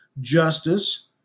justice